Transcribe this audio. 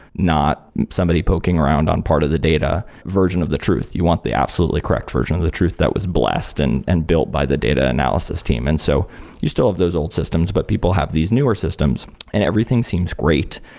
not somebody poking around on part of the data version of the truth. you want the absolutely correct version of the truth that was blessed and and built by the data analysis team and so you still have those old systems, but people have these newer systems and everything seems great,